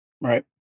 Right